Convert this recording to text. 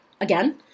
again